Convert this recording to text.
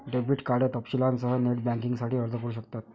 debit card तपशीलांसह net बँकिंगसाठी अर्ज करू शकतात